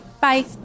Bye